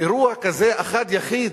אירוע כזה אחד, יחיד,